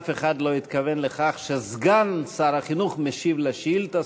אף אחד לא התכוון לכך שסגן שר החינוך משיב על שאילתה.